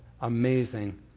amazing